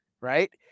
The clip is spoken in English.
right